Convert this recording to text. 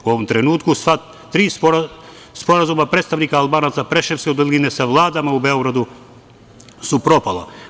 U ovom trenutku sva tri sporazuma predstavnika Albanaca Preševske doline sa vladama u Beogradu su propala.